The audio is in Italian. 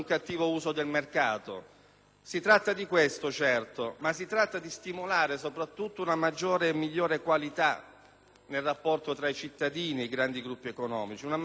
Si tratta di questo, certo, ma soprattutto di stimolare una maggiore e migliore qualità nel rapporto tra i cittadini ed i grandi gruppi economici; una migliore qualità dei servizi.